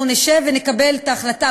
אנחנו נשב ונקבל את ההחלטה,